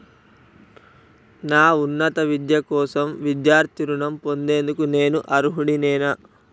నా ఉన్నత విద్య కోసం విద్యార్థి రుణం పొందేందుకు నేను అర్హుడినేనా?